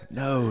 no